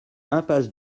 impasse